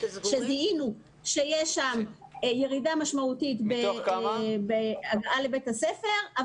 שזיהינו שיש בהם ירידה משמעותית בהגעה לבתי הספר.